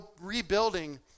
rebuilding